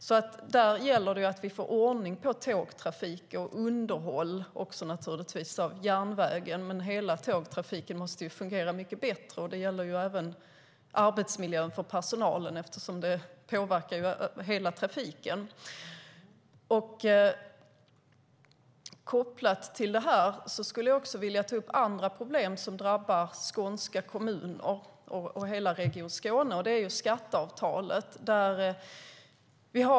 Det gäller att vi får ordning på tågtrafik och underhåll av järnvägen. Hela tågtrafiken måste fungera mycket bättre. Det gäller även arbetsmiljön för personalen, eftersom det påverkar hela trafiken. Kopplat till dessa frågor skulle jag också vilja ta upp andra problem som drabbar skånska kommuner och hela Region Skåne, nämligen skatteavtalet.